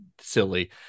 silly